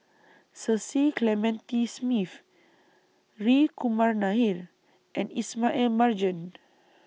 Cecil Clementi Smith Hri Kumar Nair and Ismail Marjan